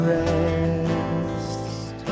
rest